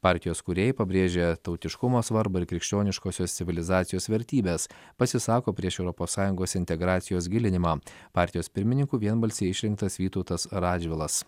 partijos kūrėjai pabrėžia tautiškumo svarbą ir krikščioniškosios civilizacijos vertybes pasisako prieš europos sąjungos integracijos gilinimą partijos pirmininku vienbalsiai išrinktas vytautas radžvilas